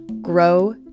grow